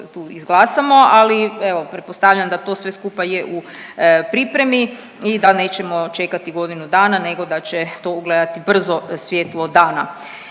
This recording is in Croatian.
tu izglasamo, ali evo, pretpostavljam da to sve skupa je u pripremi i da nećemo čekati godinu dana nego da će to ugledati brzo svjetlo dana.